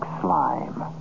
slime